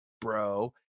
bro